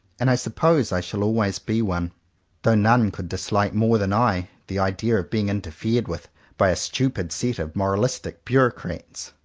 and i suppose i shall always be one though none could dislike more than i the idea of being interfered with by a stupid set of moralistic bureaucrats.